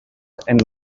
and